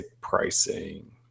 pricing